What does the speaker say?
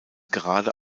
gerade